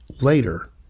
later